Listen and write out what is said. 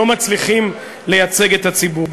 לא מצליחים לייצג את הציבור,